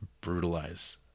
brutalize